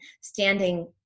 standing